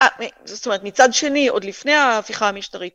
זאת אומרת מצד שני, עוד לפני ההפיכה המשטרית.